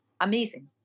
Amazing